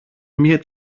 μια